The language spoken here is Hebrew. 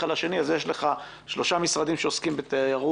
על השני אז יש לך שלושה משרדים שעוסקים בתיירות,